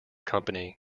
company